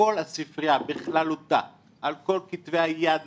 שכל הספרייה בכללותה, על כל כתבי היד והספרים,